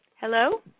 Hello